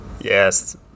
Yes